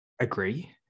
agree